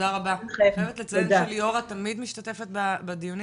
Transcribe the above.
אני חייבת לציין שליאורה תמיד משתתפת בדיונים